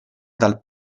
dal